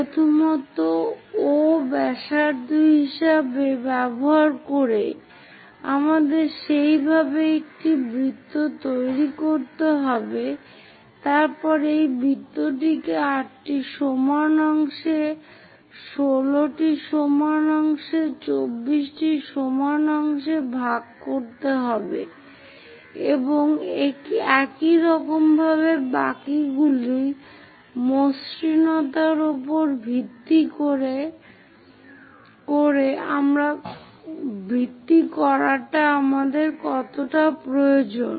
প্রথমত O ব্যাসার্ধ ব্যবহার করে আমাদের সেইভাবে একটি বৃত্ত তৈরি করতে হবে তারপর এই বৃত্তটিকে 8 সমান অংশ 16 সমান অংশ 24 সমান অংশে ভাগ করতে হবে এবং একই রকম ভাবে বাকিগুলো মসৃণতার উপর ভিত্তি করা আমাদের কতটা প্রয়োজন